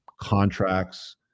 contracts